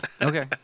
Okay